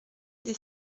des